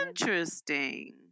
interesting